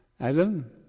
Adam